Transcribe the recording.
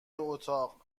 اتاق